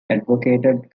advocated